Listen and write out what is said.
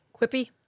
quippy